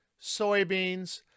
soybeans